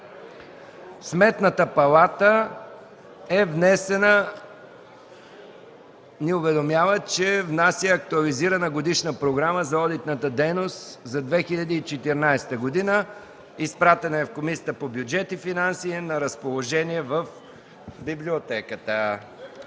Сметната палата ни уведомява, че внася актуализирана годишна програма за одитната дейност за 2014 г. Изпратена е в Комисията по бюджет и финанси и е на разположение в Библиотеката.